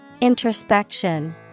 Introspection